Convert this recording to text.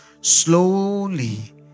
slowly